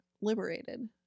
liberated